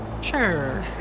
Sure